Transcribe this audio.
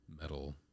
metal